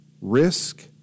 risk